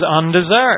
undeserved